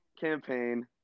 campaign